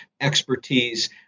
expertise